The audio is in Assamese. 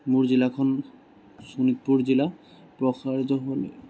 মোৰ জিলাখন শোণিতপুৰ জিলা প্ৰসাৰিত হ'ল